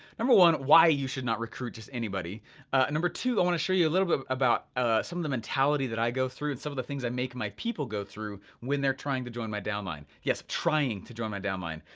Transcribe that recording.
number one, why you should not recruit just anybody. and ah number two, i wanna show you a little bit about some of the mentality that i go through, and some of the things i make my people go through, when they're trying to join my downline. yes, trying to join my downline,